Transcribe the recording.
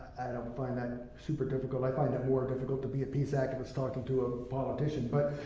i don't find that super difficult, i find it more difficult to be a peace activist talking to a politician, but